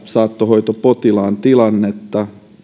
saattohoitopotilaan tilannetta